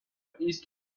eastward